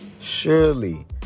surely